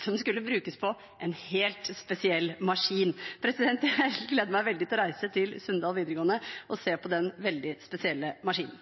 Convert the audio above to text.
som skulle brukes på en helt spesiell maskin. Jeg gleder meg veldig til å reise til Sunndal videregående skole og til å se på den veldig spesielle maskinen.